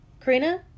Karina